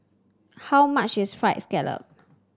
how much is fried scallop